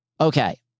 Okay